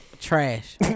Trash